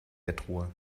bettruhe